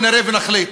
נראה ונחליט.